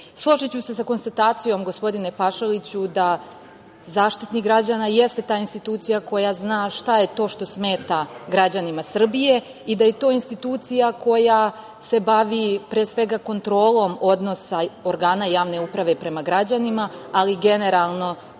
uprave. Složiću se sa konstatacijom gospodine Pašaliću, da Zaštitnik građanina jeste ta institucija koja zna šta je to što smeta građanima Srbije i da je to institucija koja se bavi pre svega kontrolom odnosa organa javne uprave prema građanima, ali generalno